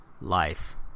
life